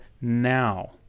now